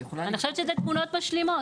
אני חושבת שאלה תמונות משלימות.